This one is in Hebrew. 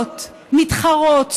מתחרות,